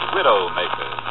Widowmaker